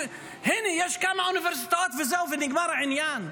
הינה, יש כמה אוניברסיטאות, וזהו, ונגמר העניין.